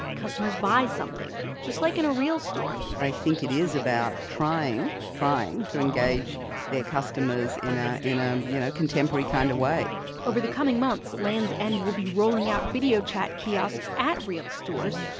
customers buy something, just like in a real store i think it is about trying trying to engage their customers in ah a ah you know contemporary kind of way over the coming months, lands' end will be rolling out video chat kiosks at real stores,